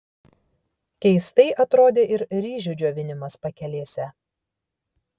keistai atrodė ir ryžių džiovinimas pakelėse